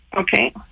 okay